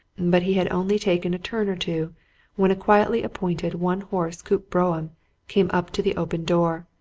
but he had only taken a turn or two when a quietly appointed one-horse coupe brougham came up to the open door,